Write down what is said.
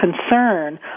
concern